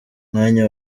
umwanya